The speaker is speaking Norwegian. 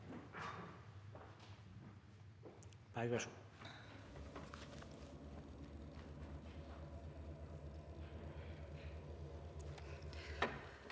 Takk for